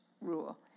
rule